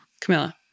Camilla